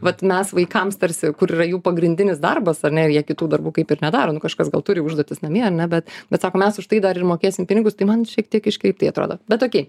vat mes vaikams tarsi kur yra jų pagrindinis darbas ar ne ir jie kitų darbų kaip ir nedaro nu kažkas gal turi užduotis namie ar ne bet bet sako mes už tai dar ir mokėsim pinigus tai man šiek tiek iškreiptai atrodo bet ok